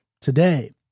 today